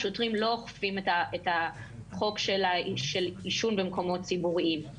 שוטרים לא אוכפים את החוק של עישון במקומות ציבוריים.